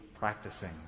practicing